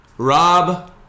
Rob